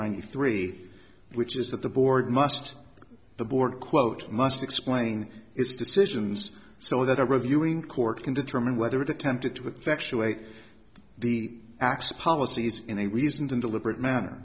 ninety three which is that the board must the board quote must explain its decisions so that a reviewing court can determine whether it attempted to with factual the x policies in a reason to deliberate manner